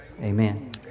Amen